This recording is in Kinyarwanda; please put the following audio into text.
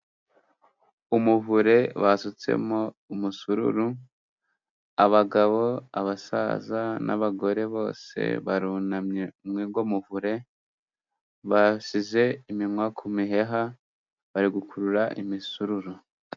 Umuvure basutsemo umusururu, abagabo, abasaza n'abagore, bose barunamye, muri uwo muvure, basize iminwa ku miheha, bari gukurura imisururu.